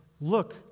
look